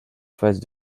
phase